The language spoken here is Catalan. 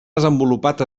desenvolupat